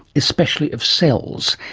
especially of cells,